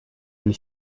для